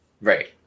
Right